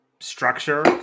structure